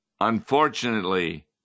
Unfortunately